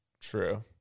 True